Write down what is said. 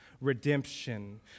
redemption